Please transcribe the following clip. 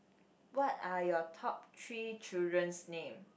what are your top three children's name